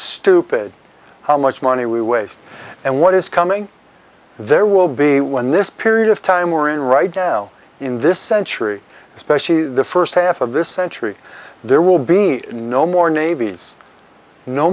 stupid how much money we waste and what is coming there will be when this period of time we're in right now in this century especially the first half of this century there will be no more navies no